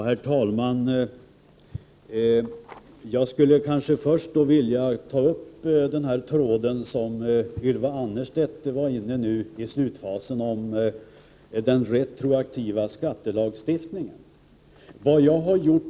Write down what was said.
Herr talman! Jag vill först ta upp den tråd som Ylva Annerstedt var inne på i slutet på sitt inlägg, nämligen den retroaktiva skattelagstiftningen.